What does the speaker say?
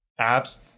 apps